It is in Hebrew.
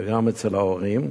וגם אצל ההורים,